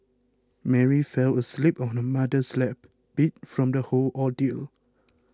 Mary fell asleep on her mother's lap beat from the whole ordeal